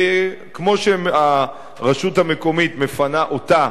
כמו שהרשות המקומית מפנה אותה